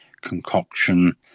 concoction